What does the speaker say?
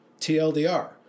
TLDR